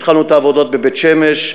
התחלנו את העבודות בבית-שמש,